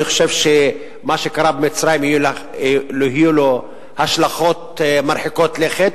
אני חושב שלמה שקרה במצרים יהיו השלכות מרחיקות לכת.